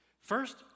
first